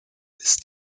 ist